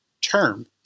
term